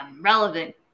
relevant